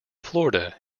florida